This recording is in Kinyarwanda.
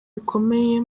bikomeye